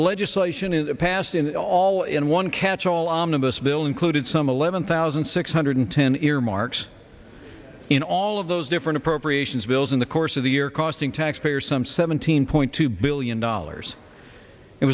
legislation is passed in all in one catchall omnibus bill included some eleven thousand six hundred ten earmarks in all of those different appropriations bills in the course of the year costing taxpayers some seventeen point two billion dollars it